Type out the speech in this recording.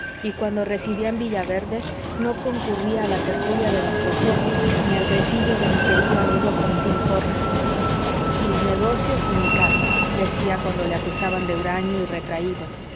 y cuando residía en villaverde no concurría a la tertulia de don procopio ni al tresillo de mi querido amigo quintín porras mis negocios y mi casa decía cuando le acusaban de huraño y